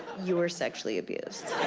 you were sexually abused.